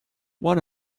one